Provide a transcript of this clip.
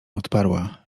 odparła